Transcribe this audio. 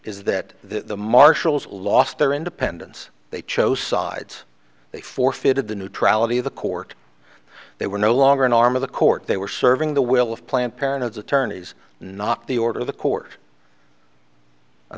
is that the marshals lost their independence they chose sides they forfeited the neutrality of the court they were no longer an arm of the court they were serving the will of planned parenthood's attorneys not the order of the court i